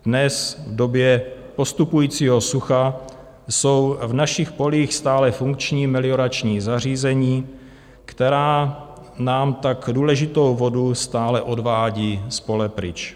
Dnes, v době postupujícího sucha, jsou v našich polích stále funkční meliorační zařízení, která nám tak důležitou vodu stále odvádějí z pole pryč.